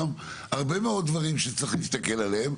הרבה מאוד דברים שצריך להסתכל עליהם,